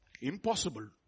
Impossible